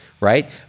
right